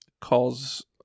calls